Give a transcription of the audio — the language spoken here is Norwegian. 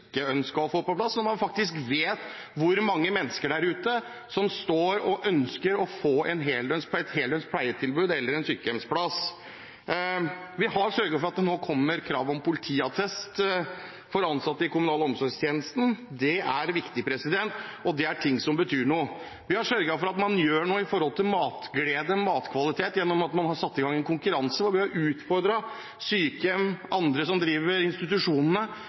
som ønsker å få et heldøgns pleietilbud eller en sykehjemsplass. Vi har sørget for at det nå kommer krav om politiattest for ansatte i kommunal omsorgstjeneste. Det er viktig, og det er ting som betyr noe. Vi har sørget for at man gjør noe med hensyn til matglede og matkvalitet, ved at man har satt i gang en konkurranse hvor man har utfordret sykehjem og andre som driver institusjonene,